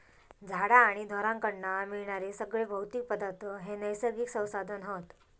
झाडा आणि ढोरांकडना मिळणारे सगळे भौतिक पदार्थ हे नैसर्गिक संसाधन हत